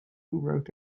wrote